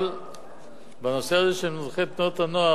אבל בנושא הזה של מדריכי תנועות הנוער,